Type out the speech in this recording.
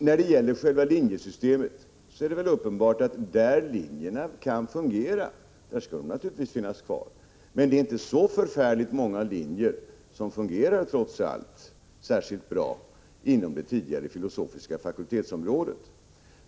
När det gäller själva linjesystemet är det uppenbart att linjerna naturligtvis skall finnas kvar där de kan fungera. Men det är trots allt inte så förfärligt många linjer som fungerar särskilt bra inom det tidigare filosofiska fakultetsområdet.